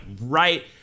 right